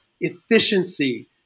efficiency